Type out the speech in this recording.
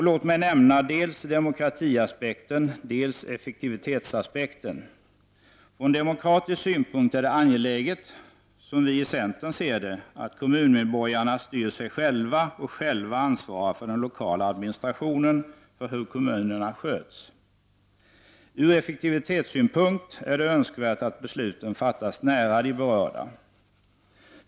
Låt mig nämna dels demokratiaspekten, dels effektivitetsaspekten. Från demokratisk synpunkt är det angeläget, som vi i centern ser det, att kommunmedborgarna styr sig själva och själva ansvarar för den lokala administrationen och för hur kommunen sköts. Ur effektivitetssynpunkt är det önskvärt att besluten fattas nära de berörda.